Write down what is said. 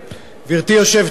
היושבת-ראש,